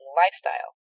lifestyle